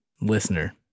listener